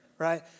right